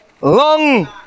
long